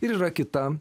ir yra kita